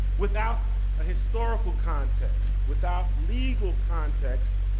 without a historical context, without legal context,